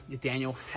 Daniel